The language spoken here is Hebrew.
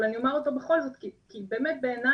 אבל אני אומר אותו בכל זאת כי באמת בעייני